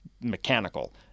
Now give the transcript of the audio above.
mechanical